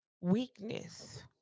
weakness